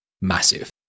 massive